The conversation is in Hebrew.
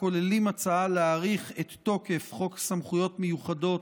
הכוללים הצעה להאריך את תוקף חוק סמכויות מיוחדות